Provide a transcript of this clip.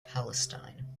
palestine